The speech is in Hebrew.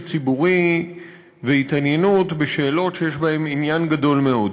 ציבורי והתעניינות בשאלות שיש בהן עניין גדול מאוד.